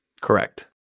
Correct